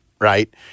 Right